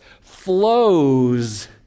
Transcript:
flows